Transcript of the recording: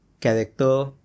character